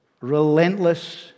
relentless